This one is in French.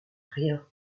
rien